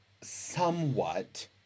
somewhat